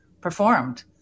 performed